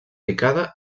picada